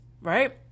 right